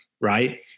right